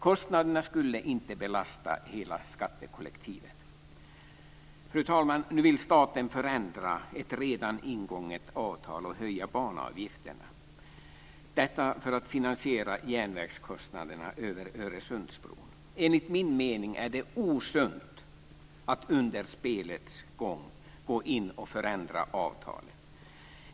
Kostnaderna skulle inte belasta hela skattekollektivet. Fru talman! Nu vill staten förändra ett redan ingånget avtal och höja banavgifterna, detta för att finansiera järnvägskostnaderna över Öresundsbron. Enligt min mening är det osunt att under spelets gång gå in och förändra avtalet.